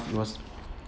it was